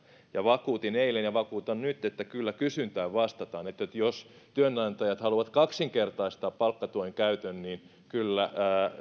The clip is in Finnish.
vakuutin eilen ja vakuutan nyt että kyllä kysyntään vastataan eli jos työnantajat haluavat kaksinkertaistaa palkkatuen käytön niin kyllä